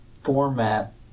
format